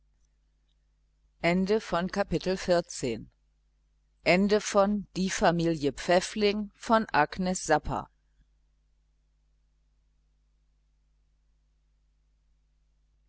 die familie pfäffling by agnes